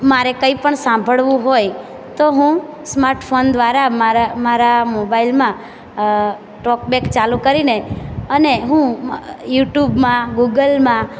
મારે કંઈ પણ સાંભળવું હોય તો હું સ્માટ ફોન દ્વારા મારા મોબાઇલમાં ટોપ બેક ચાલું કરીને અને હું યુટ્યૂબમાં ગૂગલમાં